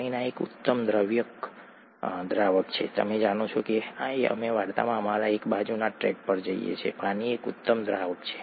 પાણી એક ઉત્તમ દ્રાવક છે તમે જાણો છો કે અમે વાર્તામાં અમારા એક બાજુના ટ્રેક પર જઈએ છીએ પાણી એક ઉત્તમ દ્રાવક છે